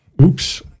Oops